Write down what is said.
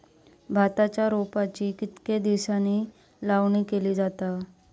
भाताच्या रोपांची कितके दिसांनी लावणी केली जाता?